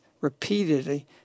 repeatedly